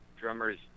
drummers